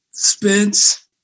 Spence